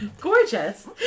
Gorgeous